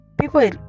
people